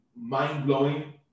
mind-blowing